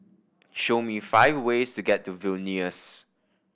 show me five ways to get to Vilnius